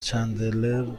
چندلر